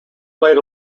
laid